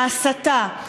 ההסתה,